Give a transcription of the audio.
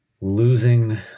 losing